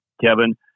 Kevin